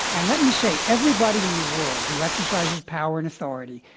and let me say, everybody in the world who exercises power and authority,